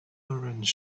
orange